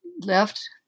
left